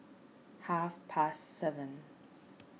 half past seven